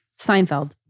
Seinfeld